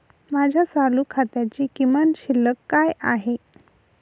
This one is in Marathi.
माझ्या चालू खात्याची किमान शिल्लक काय आहे?